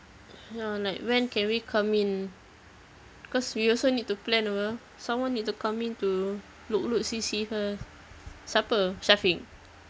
ya like when can we come in cause we also need to plan apa someone need to come in to look look see see first siapa syafiq